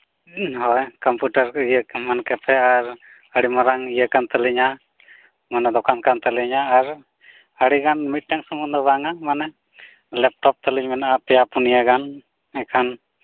ᱦᱳᱭ ᱠᱚᱢᱯᱤᱭᱩᱴᱟᱨᱠᱚ ᱤᱭᱟᱹᱠᱚ ᱮᱢᱟᱱ ᱠᱮᱯᱷᱮ ᱟᱨ ᱟᱹᱰᱤ ᱢᱟᱨᱟᱝ ᱤᱭᱟᱹᱠᱟᱱ ᱛᱟᱹᱞᱤᱧᱟ ᱢᱟᱱᱮ ᱫᱳᱠᱟᱱ ᱠᱟᱱ ᱛᱟᱹᱞᱤᱧᱟ ᱟᱨ ᱟᱹᱰᱤᱜᱟᱱ ᱢᱤᱫᱴᱟᱝ ᱥᱩᱢᱩᱝᱫᱚ ᱵᱟᱝᱼᱟ ᱢᱟᱱᱮ ᱞᱮᱯᱴᱚᱯᱛᱟᱹᱞᱤᱧ ᱢᱮᱱᱟᱜᱼᱟ ᱯᱮᱭᱟᱼᱯᱩᱱᱭᱟᱜᱟᱱ ᱮᱱᱠᱷᱟᱱ